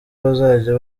bazajya